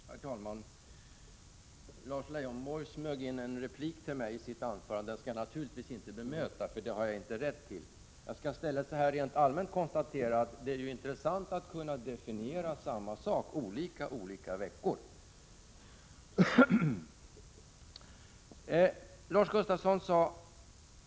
Herr talman! Lars Leijonborg smög in en kommentar till mitt inlägg i sin replik, men jag skall naturligtvis inte bemöta den, eftersom jag inte har rätt att göra det. Jag skall i stället rent allmänt konstatera att det är intressant att någon kan definiera samma sak på olika sätt olika veckor.